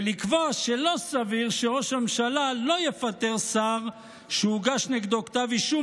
ולקבוע שלא סביר שראש הממשלה לא יפטר שר שהוגש נגדו כתב אישום,